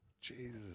Jesus